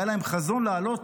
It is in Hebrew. היה להם חזון לעלות